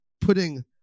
putting